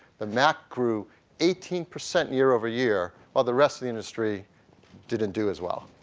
the mac grew eighteen percent year over year while the rest of the industry didn't do as well.